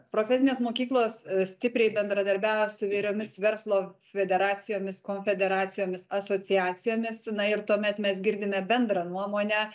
profesinės mokyklos stipriai bendradarbiauja su įvairiomis verslo federacijomis konfederacijos asociacijomis na ir tuomet mes girdime bendrą nuomonę